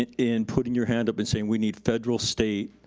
and in putting your hand up and saying we need federal, state,